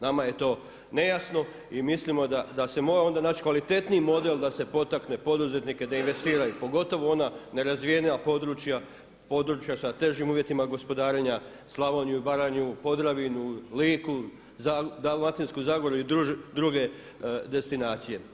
Nama je to nejasno i mislimo da se mora onda kvalitetniji model da se potakne poduzetnike da investiraju, pogotovo ona nerazvijenija područja, područja sa težim uvjetima gospodarenja, Slavoniju i Baranju, Podravinu, Liku, Dalmatinsku zagoru i druge destinacije.